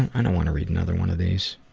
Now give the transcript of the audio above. i don't want to read another one of these.